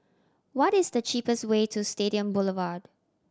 what is the cheapest way to Stadium Boulevard